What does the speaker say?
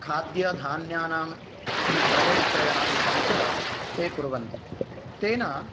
खाद्यधान्यानां क्रयविक्रयणादिकं च ते कुर्वन्ति तेन